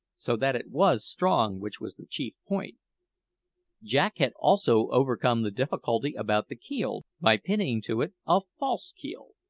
so that it was strong, which was the chief point jack had also overcome the difficulty about the keel by pinning to it a false keel.